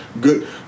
good